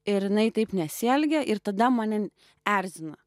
ir jinai taip nesielgia ir tada mane erzina